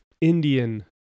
Indian